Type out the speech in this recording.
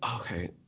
okay